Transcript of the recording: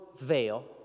veil